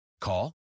Call